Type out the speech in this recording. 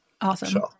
Awesome